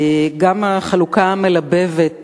גם החלוקה המלבבת